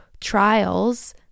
trials